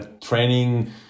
training